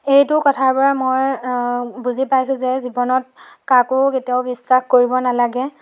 এইটো কথাৰ পৰা মই বুজি পাইছোঁ যে জীৱনত কাকো কেতিয়াও বিশ্বাস কৰিব নালাগে